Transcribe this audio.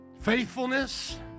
faithfulness